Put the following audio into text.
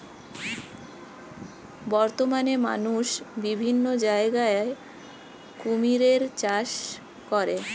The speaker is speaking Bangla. বর্তমানে মানুষ বিভিন্ন জায়গায় কুমিরের চাষ করে